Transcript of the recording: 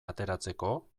ateratzeko